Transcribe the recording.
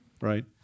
right